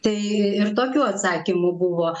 tai ir tokių atsakymų buvo